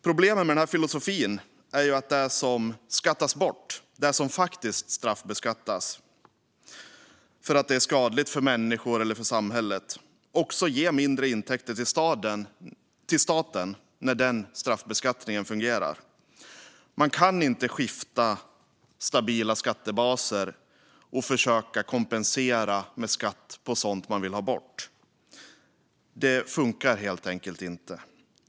Det handlar om att straffbeskatta sådant som är skadligt för människor eller för samhället. Problemet med den filosofin är att det blir mindre intäkter till staten när straffbeskattningen fungerar. Man kan inte skifta bort stabila skattebaser och försöka kompensera med skatt på sådant man vill ha bort. Det funkar helt enkelt inte.